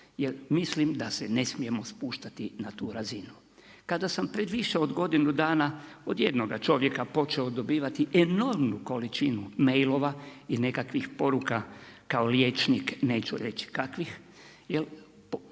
jer mislim da se ne smijemo spuštati na tu razinu. Kada sam pred više od godinu dana od jednoga čovjeka počeo dobivati enormnu količinu mailova i nekakvih poruka, kao liječnik neću reći kakvih,